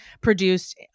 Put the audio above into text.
produced